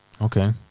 Okay